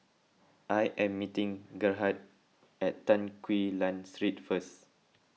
I am meeting Gerhard at Tan Quee Lan Street first